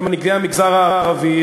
כמנהיגי המגזר הערבי,